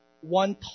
one